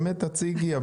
באמת תציגי,